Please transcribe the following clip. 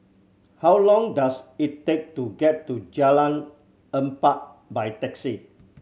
how long does it take to get to Jalan Empat by taxi